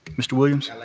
mr. williams? i